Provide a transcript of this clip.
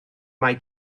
mae